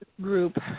group